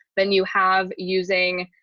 then you have using